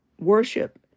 worship